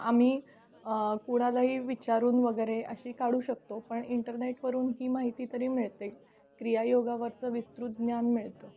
आम्ही कुणालाही विचारून वगैरे अशी काढू शकतो पण इंटरनेटवरून ही माहिती तरी मिळते क्रियायोगावरचं विस्तृत ज्ञान मिळतं